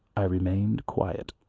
i remained quiet.